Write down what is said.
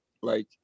Like-